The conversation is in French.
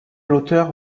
l’auteur